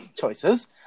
Choices